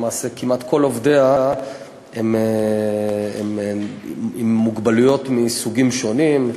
למעשה כמעט כל עובדיה הם עם מוגבלויות מסוגים שונים: